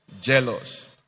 jealous